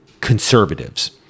conservatives